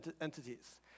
entities